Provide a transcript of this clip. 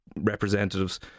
representatives